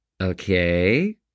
Okay